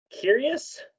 Curious